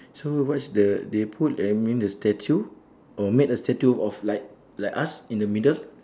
so what's the they put eh I mean the statue or make a statue of like like us in the middle